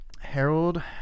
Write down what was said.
Harold